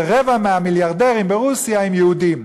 שרבע מהמיליארדרים ברוסיה הם יהודים.